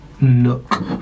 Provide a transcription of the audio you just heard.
nook